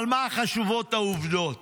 אבל מה חשובות העובדות